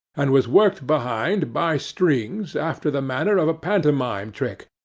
and was worked behind, by strings, after the manner of a pantomime trick,